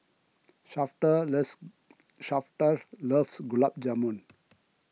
Shafter loves Shafter loves Gulab Jamun